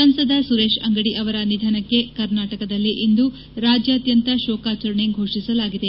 ಸಂಸದ ಸುರೇಶ್ ಅಂಗದಿ ಅವರ ನಿಧನಕ್ಕೆ ಕರ್ನಾಟಕದಲ್ಲಿ ಇಂದು ರಾಜ್ಯಾದ್ಯಂತ ಶೋಕಾಚರಣೆ ಫೋಷಿಸಲಾಗಿದೆ